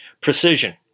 Precision